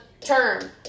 term